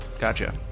Gotcha